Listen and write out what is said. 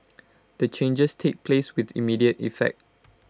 the changes take place with immediate effect